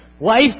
Life